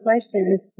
questions